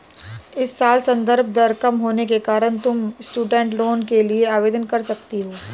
इस साल संदर्भ दर कम होने के कारण तुम स्टूडेंट लोन के लिए आवेदन कर सकती हो